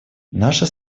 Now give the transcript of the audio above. наша